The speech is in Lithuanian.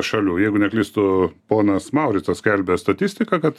šalių jeigu neklystu ponas mauricas skelbia statistiką kad